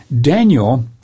Daniel